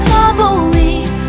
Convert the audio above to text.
Tumbleweed